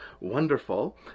wonderful